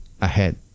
ahead